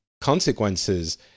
consequences